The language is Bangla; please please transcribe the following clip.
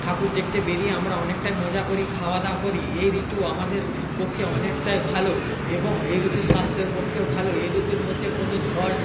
ঠাকুর দেখতে বেরিয়ে আমরা অনেকটাই মজা করি খাওয়া দাওয়া করি এই ঋতু আমাদের পক্ষে অনেকটাই ভালো এবং এই ঋতু স্বাস্থ্যের পক্ষেও ভালো এই ঋতুর মধ্যে কোনো ঝড়